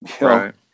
Right